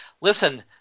Listen